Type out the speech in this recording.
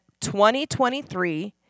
2023